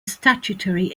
statutory